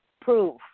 proof